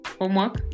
homework